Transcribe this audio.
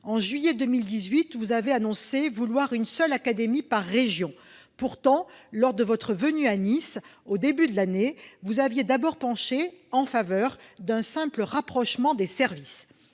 En juillet 2018, vous avez annoncé vouloir une seule académie par région. Pourtant, lors de votre venue à Nice en début d'année, vous aviez d'abord penché en faveur d'un simple rapprochement des services.